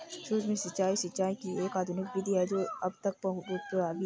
सूक्ष्म सिंचाई, सिंचाई की एक आधुनिक विधि है जो अब तक बहुत प्रभावी है